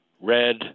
red